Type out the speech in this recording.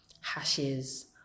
hashes